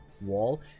wall